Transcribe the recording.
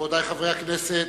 רבותי חברי הכנסת,